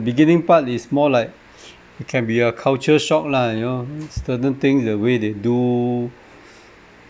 beginning part is more like it can be a culture shock lah you know certain thing the way they do